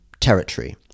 territory